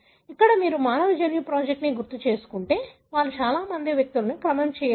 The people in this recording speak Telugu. ఇక్కడ మీరు మానవ జన్యు ప్రాజెక్ట్ను గుర్తుచేసుకుంటే వారు చాలా మంది వ్యక్తులను క్రమం చేయలేదు